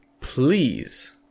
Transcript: Please